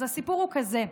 אז הסיפור הוא כזה: